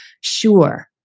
sure